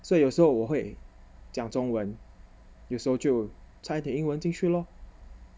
所以有时候我会讲中文有时候就掺一点英文进去 lor